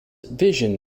vision